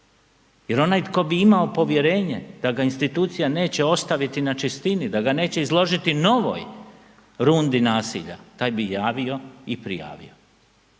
jer onaj tko bi imao povjerenje da ga institucija neće ostaviti na čistini da ga neće izložiti novoj rundi nasilja taj bi javio i prijavio.